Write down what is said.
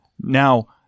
Now-